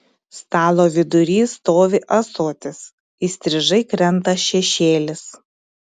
stalo vidury stovi ąsotis įstrižai krenta šešėlis